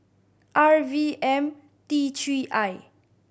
R V M T Three I